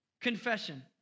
Confession